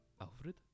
Alfred